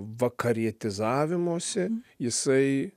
vakarietizavimosi jisai